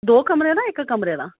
दो कमरे दा इक कमरे दा